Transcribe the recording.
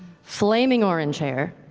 flaming orange hair,